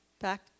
back